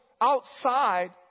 outside